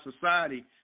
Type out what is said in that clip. society